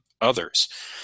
others